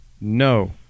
No